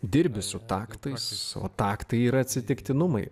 dirbi su taktais o taktai yra atsitiktinumai